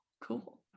Cool